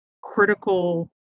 critical